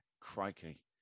crikey